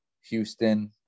Houston